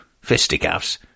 fisticuffs